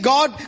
God